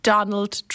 Donald